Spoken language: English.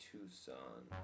Tucson